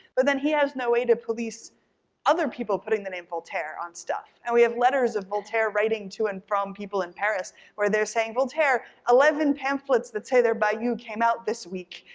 but then he has no way to police other people putting the name voltaire on stuff. and we have letters of voltaire writing too and from people in paris where they're saying, voltaire eleven pamphlets that say they're by you came out this week,